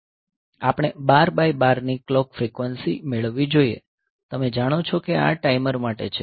આપણે 12 બાય 12 ની clock frequency મેળવવી જોઈએ તમે જાણો છો કે આ ટાઈમર માટે છે